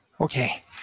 Okay